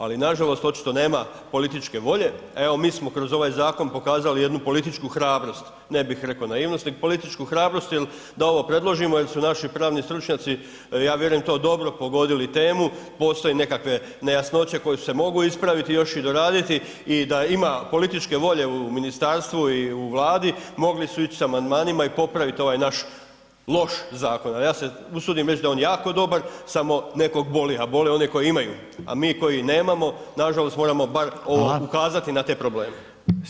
Ali, nažalost, očito nema političke volje, evo mi smo kroz ovaj zakon pokazali jednu političku hrabrost, ne bih rekao naivnost, nego političku hrabrost jel da ovo predložimo jel su naši pravni stručnjaci, ja vjerujem to dobro pogodili temu, postoje nekakve nejasnoće koje se mogu ispraviti, još i doraditi i da ima političke volje u ministarstvu i u Vladi, mogli su ić s amandmanima i popravit ovaj naš loš zakon, a ja se usudim reć da je on jako dobar, samo nekog boli, a boli one koji imaju, a mi koji nemamo, nažalost, moramo bar ovo [[Upadica: Hvala]] na te probleme.